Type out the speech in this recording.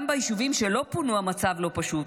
גם ביישובים שלא פונו המצב לא פשוט.